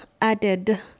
added